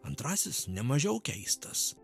antrasis nemažiau keistas